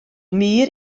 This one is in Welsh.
mur